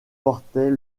portait